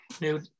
new